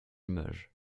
images